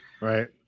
Right